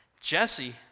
Jesse